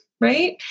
right